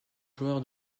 joueur